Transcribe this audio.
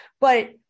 but-